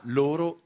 loro